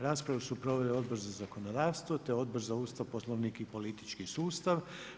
Raspravu su proveli Odbor za zakonodavstvo, te Odbor za Ustav, Poslovnik i politički sustav.